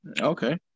Okay